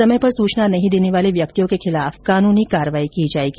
समय पर सूचना नहीं देने वाले व्यक्तियों के खिलाफ कानूनी कार्रवाई की जायेगी